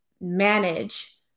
manage